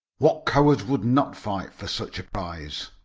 what coward would not fight for such a prize?